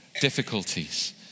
difficulties